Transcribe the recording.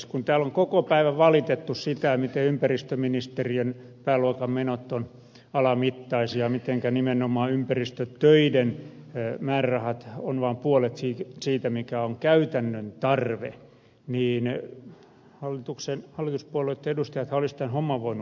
kun täällä on koko päivä valitettu sitä miten ympäristöministeriön pääluokan menot ovat alamittaisia mitenkä nimenomaan ympäristötöiden määrärahat ovat vain puolet siitä mikä on käytännön tarve niin hallituspuolueitten edustajat olisivat voineet tämän homman hoitaa